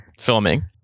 Filming